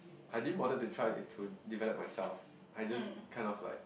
I didn't bother to try to develop myself I just kind of like